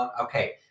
Okay